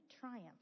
triumph